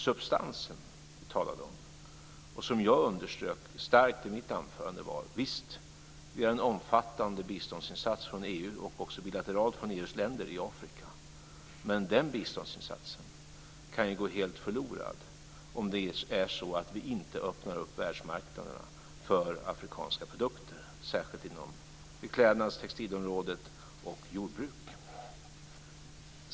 Substansen som vi talade om och som jag starkt underströk i mitt anförande var: Visst, vi gör en omfattande biståndsinsats från EU och också bilateralt från EU:s länder i Afrika. Men denna biståndsinsats kan ju gå helt förlorad om vi inte öppnar upp världsmarknaderna för afrikanska produkter, särskilt inom beklädnads och textilområdet samt jordbruk.